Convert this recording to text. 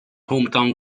hometown